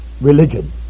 religion